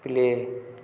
play